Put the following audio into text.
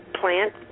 plant